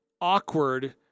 awkward